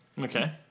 Okay